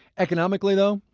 economically, though,